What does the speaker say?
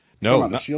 no